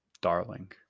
darling